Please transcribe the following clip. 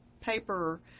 paper